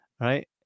right